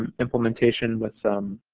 and implementation with